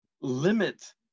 limit